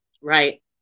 Right